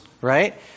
right